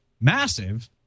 massive